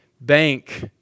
bank